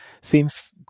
seems